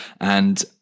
And-